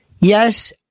Yes